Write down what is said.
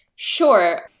Sure